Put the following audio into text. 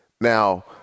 Now